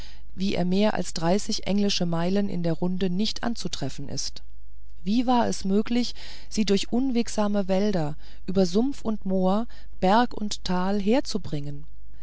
wie er mehr als dreißig englische meilen in der runde nicht anzutreffen ist wie war es möglich sie durch unwegsame wälder über sumpf und moor berg und tal herzubringen